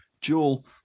jewel